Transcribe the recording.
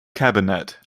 cabinet